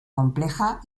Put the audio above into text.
compleja